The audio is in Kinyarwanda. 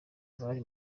bari